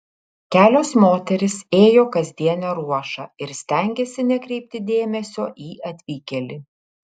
kelios moterys ėjo kasdienę ruošą ir stengėsi nekreipti dėmesio į atvykėlį